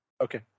Okay